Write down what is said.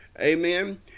amen